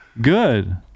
Good